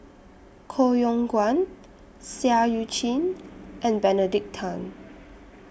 Koh Yong Guan Seah EU Chin and Benedict Tan